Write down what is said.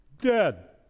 dead